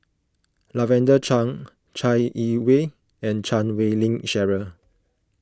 Lavender Chang Chai Yee Wei and Chan Wei Ling Cheryl